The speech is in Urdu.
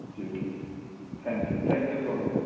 جی ٹھیک thank you thank you so much